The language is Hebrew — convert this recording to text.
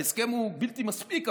ההסכם הוא בלתי מספיק,